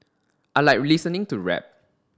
I like listening to rap